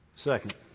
Second